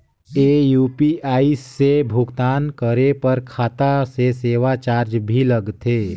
ये यू.पी.आई से भुगतान करे पर खाता से सेवा चार्ज भी लगथे?